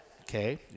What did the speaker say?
Okay